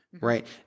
Right